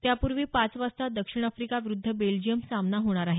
त्यापूर्वी पाच वाजता दक्षिण आफ्रिका विरुद्ध बेल्जियम सामना होणार आहे